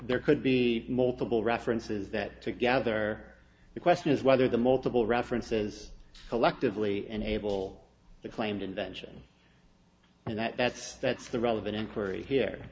there could be multiple references that together the question is whether the multiple references collectively enable the claimed invention and that that's that's the relevant for here